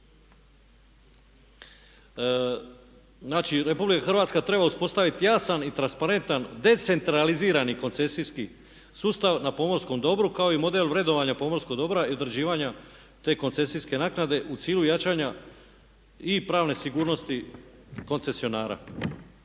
Znači, Republika Hrvatska treba uspostaviti jasan i transparentan decentralizirani koncesijski sustav na pomorskom dobru kao i model vrednovanja pomorskog dobra i određivanja te koncesijske naknade u cilju jačanja i pravne sigurnosti koncesionara.